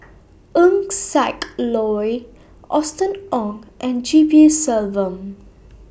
Eng Siak Loy Austen Ong and G P Selvam